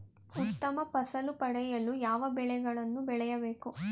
ಉತ್ತಮ ಫಸಲು ಪಡೆಯಲು ಯಾವ ಬೆಳೆಗಳನ್ನು ಬೆಳೆಯಬೇಕು?